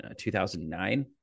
2009